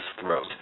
throat